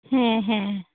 ᱦᱮᱸ ᱦᱮᱸ